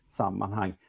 sammanhang